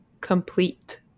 complete